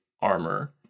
armor